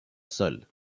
sol